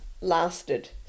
lasted